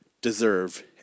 deserve